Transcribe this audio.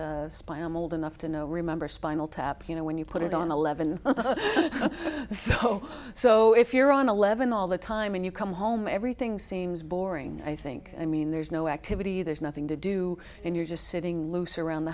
it spy i'm old enough to know remember spinal tap you know when you put it on eleven so so if you're on eleven all the time and you come home everything seems boring i think i mean there's no activity there's nothing to do and you're just sitting loose around the